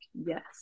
yes